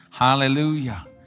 Hallelujah